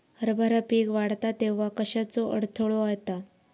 हरभरा पीक वाढता तेव्हा कश्याचो अडथलो येता?